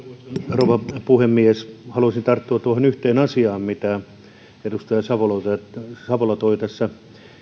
rouva puhemies haluaisin tarttua tuohon yhteen asiaan mitä edustaja savola toi tässä